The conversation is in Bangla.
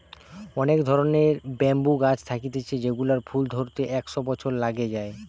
অনেক ধরণের ব্যাম্বু গাছ থাকতিছে যেগুলার ফুল ধরতে একশ বছর লাগে যায়